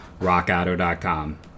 rockauto.com